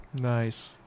Nice